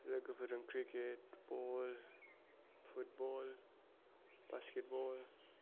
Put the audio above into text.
लोगोफोरजों cricket ball football basketball